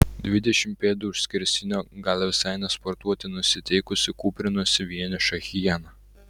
dvidešimt pėdų už skersinio gal visai ne sportuoti nusiteikusi kūprinosi vieniša hiena